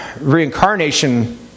reincarnation